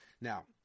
Now